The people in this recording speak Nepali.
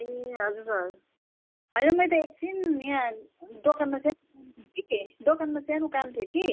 ए हजुर सर होइन मैले त एकछिन यहाँ दोकानमा सानो काम थियो कि दोकानमा सानो काम थियो कि